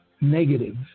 negative